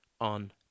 on